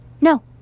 No